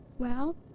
well,